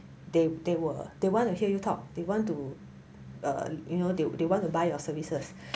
they they will they wanna hear you talk they want to err you know they they want to buy your services